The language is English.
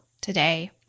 today